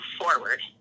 forward